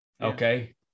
Okay